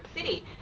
City